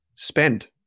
Spend